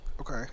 Okay